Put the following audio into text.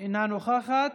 אינה נוכחת,